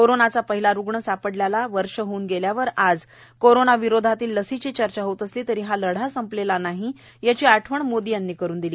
कोरोनाचा पहिला रुग्ण सापडल्याला वर्ष होऊन गेल्यावर आज कोरोना विरोधातल्या लसीची चर्चा होत असली तरी हा लढा संपलेला नाही याची आठवण मोदी यांनी करून दिली